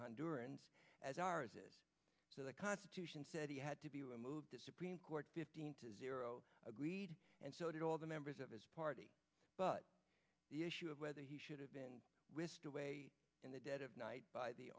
sacrosanct on durance as ours is so the constitution said he had to be removed the supreme court fifteen to zero agreed and so did all the members of his party but the issue of whether he should have been whisked away in the dead of night by the